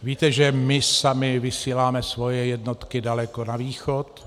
Víte, že my sami vysíláme svoje jednotky daleko na východ.